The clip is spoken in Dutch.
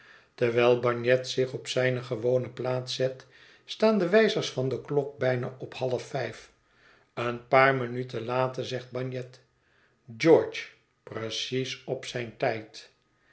terwijl bagnet zich op zijne gewone plaats zet staan de wijzers der klok bijna op half vijf een paar minuten later zegt bagnet george precies op zijn tijd